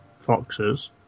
Foxes